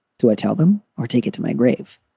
to i tell them or take it to my grave